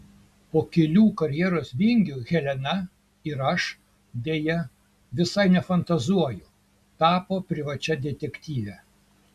po kelių karjeros vingių helena ir aš deja visai nefantazuoju tapo privačia detektyve